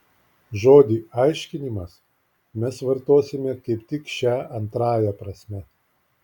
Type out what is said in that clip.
žodį aiškinimas mes vartosime kaip tik šia antrąja prasme